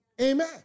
Amen